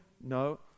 No